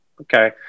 Okay